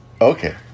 okay